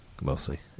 mostly